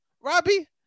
Robbie